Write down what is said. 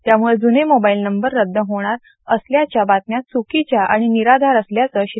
त्यामुळे ज्ने mobile number रद्द होणार असल्याच्या बातम्या च्कीच्या आणि निराधार असल्याचं श्री